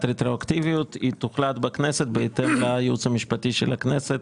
הרטרואקטיביות תוחלט בכנסת בהתאם לייעוץ המשפטי של הכנסת.